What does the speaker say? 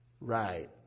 Right